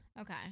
Okay